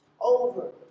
over